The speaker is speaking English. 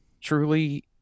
truly